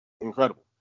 incredible